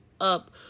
up